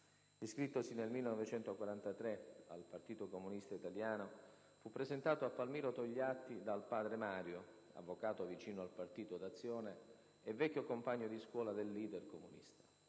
Iscrittosi nel 1943 al Partito Comunista Italiano, fu presentato a Palmiro Togliatti dal padre Mario, avvocato vicino al Partito d'Azione e vecchio compagno di scuola del leader comunista.